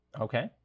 Okay